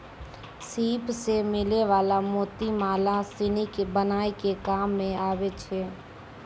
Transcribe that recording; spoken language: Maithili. सिप सें मिलै वला मोती माला सिनी बनाय के काम में आबै छै